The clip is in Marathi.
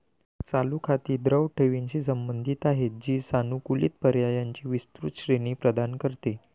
चालू खाती द्रव ठेवींशी संबंधित आहेत, जी सानुकूलित पर्यायांची विस्तृत श्रेणी प्रदान करते